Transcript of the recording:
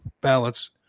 ballots